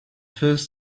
first